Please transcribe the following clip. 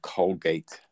Colgate